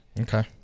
Okay